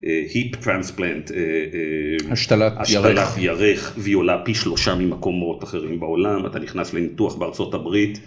השתלת ירך והיא עולה פי שלושה ממקומות אחרים בעולם, אתה נכנס לניתוח בארצות הברית.